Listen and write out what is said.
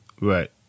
Right